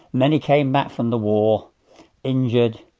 many came back from the war injured,